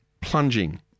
plunging